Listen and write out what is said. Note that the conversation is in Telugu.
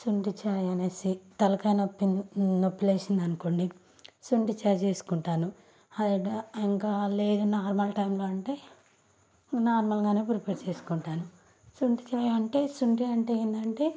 శొంఠి చాయ్ అనేసి తలకాయ నొప్పి నొప్పి లేచింది అనుకోండి శొంఠి చాయ్ చేసుకుంటాను అది ఇంకా లేదు అంటే నార్మల్ టైంలో అంటే నార్మల్ గానే ప్రిపేర్ చేసుకుంటాను శొంఠి చాయ్ అంటే శొంఠి అంటే ఏంటంటే